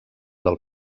del